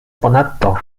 ponadto